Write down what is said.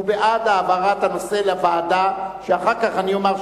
הוא בעד העברת הנושא לוועדה שאחר כך אני אומר,